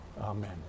Amen